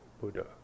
Buddha